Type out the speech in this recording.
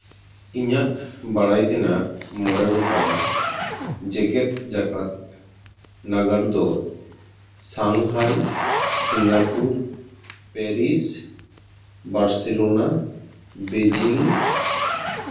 ᱤᱧᱟᱹᱜ ᱵᱟᱲᱟᱭ ᱛᱮᱱᱟᱜ ᱢᱚᱬᱮ ᱜᱚᱴᱟᱝ ᱡᱮᱜᱮᱫ ᱡᱟᱠᱟᱛ ᱱᱟᱜᱟᱨ ᱫᱚ Shanghai Singapore Paris Barcelona Beijing